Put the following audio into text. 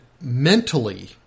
mentally